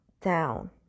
down